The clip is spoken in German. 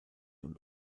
und